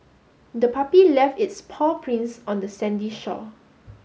the puppy left its paw prints on the sandy shore